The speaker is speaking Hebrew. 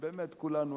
באמת כולנו,